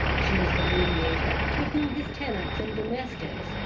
she was the mediator to whom his tenants and domestics,